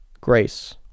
grace